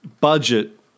Budget